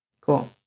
cool